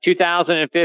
2015